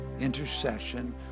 intercession